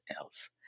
else